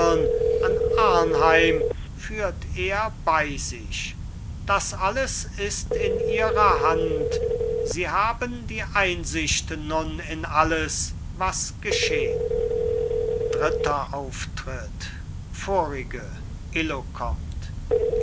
arnheim führt er bei sich das alles ist in ihrer hand sie haben die einsicht nun in alles was geschehn dritter auftritt vorige illo kommt